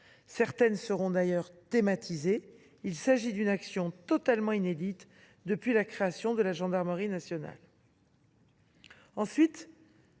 Certaines seront d’ailleurs thématisées. Il s’agit d’une action totalement inédite depuis la création de la gendarmerie nationale